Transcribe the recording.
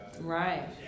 Right